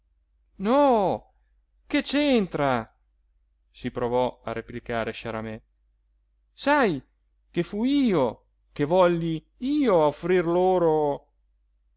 no che c'entra si provò a replicare sciaramè sai che fui io che volli io offrir loro